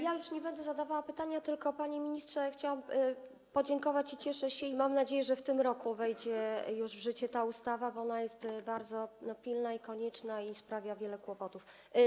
Ja już nie będę zadawała pytania, tylko, panie ministrze, chciałam podziękować i cieszę się, i mam nadzieję, że w tym roku wejdzie już w życie ta ustawa, bo ona jest bardzo pilna i konieczna i sprawia wiele kłopotów.